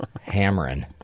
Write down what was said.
Hammering